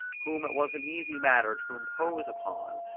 whom it was an easy matter to impose upon,